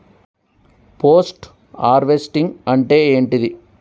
Post harvesting అంటే ఏంటిది?